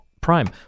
Prime